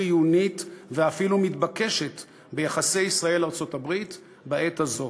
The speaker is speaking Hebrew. חיונית ואפילו מתבקשת ביחסי ישראל ארצות-הברית בעת הזאת.